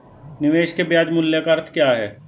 निवेश के ब्याज मूल्य का अर्थ क्या है?